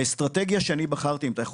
האסטרטגיה שאני בחרתי ובה